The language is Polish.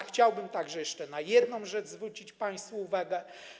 Chciałbym jeszcze na jedną rzecz zwrócić państwu uwagę.